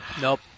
Nope